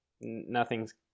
nothing's